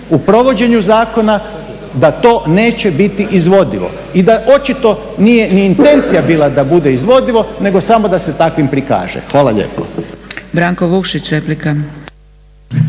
u provođenju zakona da to neće biti izvodljivo i da očito nije ni intencija bila da bude izvodivo nego samo da se takvim prikaže. Hvala lijepo.